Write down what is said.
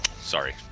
Sorry